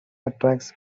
attracts